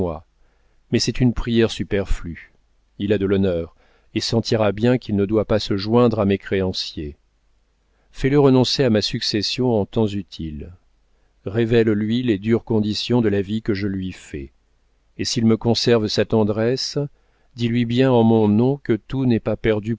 mais c'est une prière superflue il a de l'honneur et sentira bien qu'il ne doit pas se joindre à mes créanciers fais-le renoncer à ma succession en temps utile révèle lui les dures conditions de la vie que je lui fais et s'il me conserve sa tendresse dis-lui bien en mon nom que tout n'est pas perdu